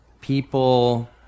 people